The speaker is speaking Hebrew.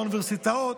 באוניברסיטאות.